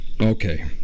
Okay